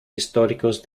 históricos